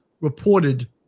reported